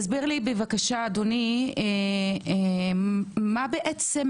אדוני, תסביר לי בבקשה, מה בעצם